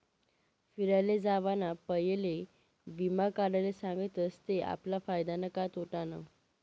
फिराले जावाना पयले वीमा काढाले सांगतस ते आपला फायदानं का तोटानं